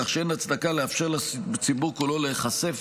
כך שאין הצדקה לאפשר לציבור כולו להיחשף